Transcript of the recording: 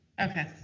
Okay